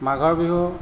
মাঘৰ বিহু